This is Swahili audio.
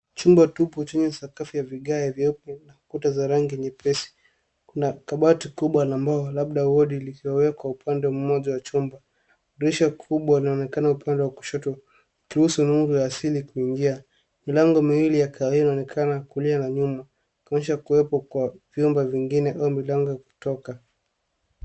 Chumba tupu chenye sakafu ya vigae vyeupe na kuta za rangi nyepesi. Kuna kabati kubwa la mbao labda wodi lililowekwa upande mmoja wa chumba. Dirisha kubwa linaonekana upande wa kushoto, kuruhusu nuru ya asili kuingia. Milango miwili ya kahawia inaonekana kulia na nyumba, kuonyesha kuwepo kwa vyumba vingine au milango ya kutoka.